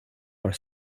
are